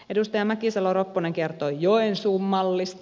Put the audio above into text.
edustaja mäkisalo ropponen kertoi joensuun mallista